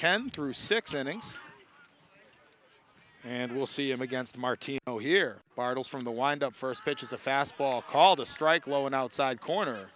ten through six innings and we'll see him against martino here bartels from the wind up first pitches a fastball called a strike low an outside corner